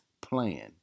plan